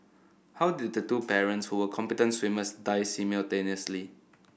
how did the two parents who were competent swimmers die simultaneously